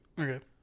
Okay